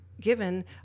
given